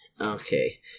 okay